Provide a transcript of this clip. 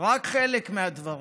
רק חלק מהדברים,